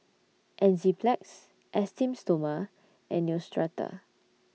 Enzyplex Esteem Stoma and Neostrata